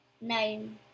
Nine